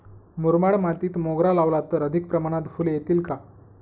मुरमाड मातीत मोगरा लावला तर अधिक प्रमाणात फूले येतील का?